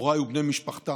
הוריי ובני משפחתם,